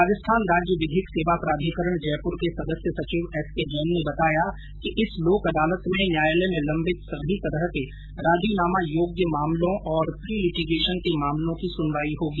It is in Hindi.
राजस्थान राज्य विधिक सेवा प्राधिकरण जयपुर के सदस्य सचिव एस के जैन ने बताया कि इस लोक अदालत में न्यायालय में लम्बित सभी तरह के राजीनामा योग्य प्रकरणों और प्रीलिटीगेशन के मामलों की सुनवाई होगी